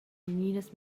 vegnidas